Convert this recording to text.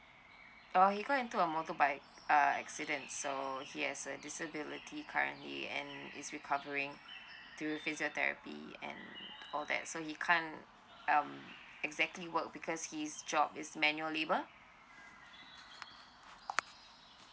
orh he got into a motorbike uh accident so yes he has uh disability currently and is recovering do physiotherapy and all that so he can't um exactly work because his job is manual labour